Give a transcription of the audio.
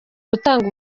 gutanga